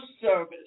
service